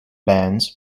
bands